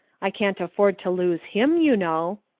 i can't afford to lose him, you know.